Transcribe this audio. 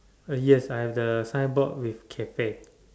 uh yes I have the signboard with cafe